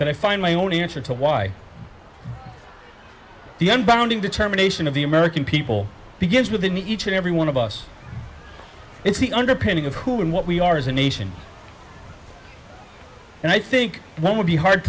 that i find my only answer to why the end bounding determination of the american people begins within each and every one of us it's the underpinning of who and what we are as a nation and i think one would be hard